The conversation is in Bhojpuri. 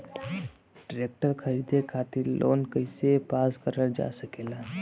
ट्रेक्टर खरीदे खातीर लोन कइसे पास करल जा सकेला?